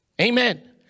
Amen